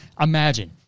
Imagine